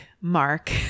Mark